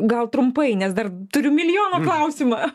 gal trumpai nes dar turiu milijoną klausimą